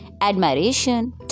Admiration